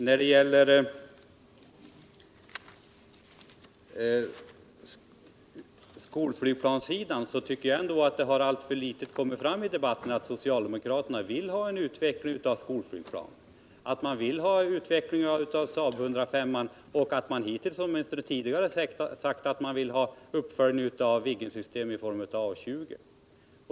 När det gäller skolflygplan tycker jag ändå att det alltför litet har kommit fram i debatten att socialdemokraterna vill ha en utveckling av sådana flygplan. De vill att Saab 105 skall utvecklas och har åtminstone tidigare sagt att de vill ha en uppföljning av Viggensystemet i form av A 20.